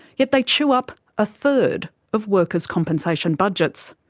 yet they chew up a third of workers compensation budgets.